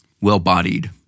well-bodied